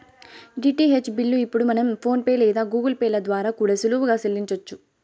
DTH bill ఇప్పుడు మనం PhonePe లేదా గూగుల్ పే ల ద్వారా కూడా సులువుగా సెల్లించొచ్చు